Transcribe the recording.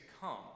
come